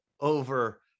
over